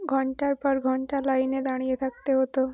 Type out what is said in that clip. ঘণ্টার পর ঘণ্টা লাইনে দাঁড়িয়ে থাকতে হতো